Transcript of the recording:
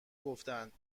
گفتند